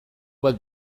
bat